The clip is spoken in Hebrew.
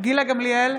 גילה גמליאל,